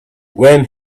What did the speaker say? when